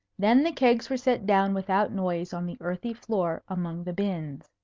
then the kegs were set down without noise on the earthy floor among the bins.